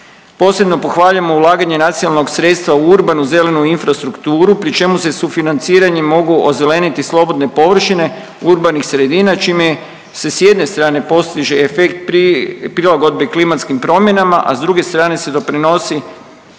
Posebno pohvaljujemo ulaganje nacionalnog sredstva u urbanu zelenu infrastrukturu pri čemu se sufinanciranjem mogu ozeleniti slobodne površine urbanih sredina čime se s jedne strane postiže efekt prilagodbe klimatskim promjenama, a s druge strane se doprinosi